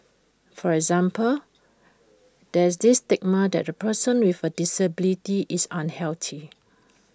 for example there's this stigma that A person with A disability is unhealthy